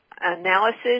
analysis